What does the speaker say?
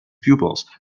pupils